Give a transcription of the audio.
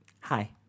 hi